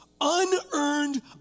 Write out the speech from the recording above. unearned